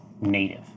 native